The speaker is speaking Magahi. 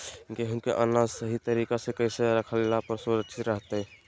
गेहूं के अनाज सही तरीका से कैसे रखला पर सुरक्षित रहतय?